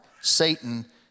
Satan